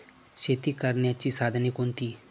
शेती करण्याची साधने कोणती?